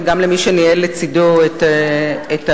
וגם למי שניהל לצדו את הישיבות,